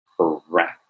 Correct